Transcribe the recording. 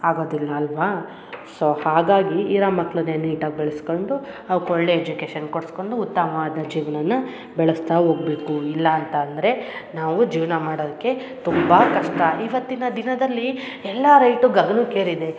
ಆಗೋದಿಲ್ಲ ಅಲ್ಲವಾ ಸೊ ಹಾಗಾಗಿ ಇರೋ ಮಕ್ಳನ್ನೇ ನೀಟಾಗಿ ಬೆಳ್ಸ್ಕೊಂಡು ಅವ್ಕೆ ಒಳ್ಳೆಯ ಎಜುಕೇಷನ್ ಕೊಡಿಸ್ಕೊಂಡು ಉತ್ತಮವಾದ ಜೀವನ ಬೆಳೆಸ್ತಾ ಹೋಗ್ಬೇಕು ಇಲ್ಲ ಅಂತಂದರೆ ನಾವು ಜೀವನ ಮಾಡೋದಕ್ಕೆ ತುಂಬ ಕಷ್ಟ ಇವತ್ತಿನ ದಿನದಲ್ಲಿ ಎಲ್ಲ ರೈಟು ಗಗನಕ್ಕೆ ಏರಿದೆ